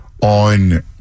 on